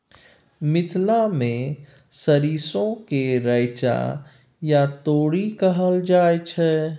मिथिला मे सरिसो केँ रैचा या तोरी कहल जाइ छै